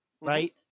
right